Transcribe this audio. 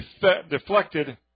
deflected